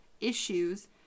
issues